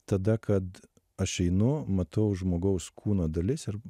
tada kad aš einu matau žmogaus kūno dalis ir